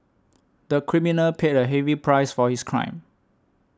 the criminal paid a heavy price for his crime